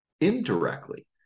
indirectly